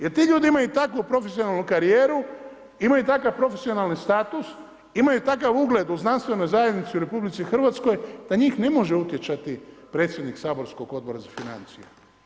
Jer ti ljudi imaju takvu profesionalnu karijeru, imaju takav profesionalni status, imaju takav ugled u znanstvenoj zajednici u RH da na njih ne može utjecati predsjednik saborskog Odbora za financije.